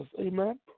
amen